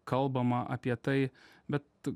kalbama apie tai bet